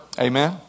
Amen